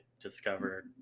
discovered